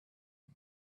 had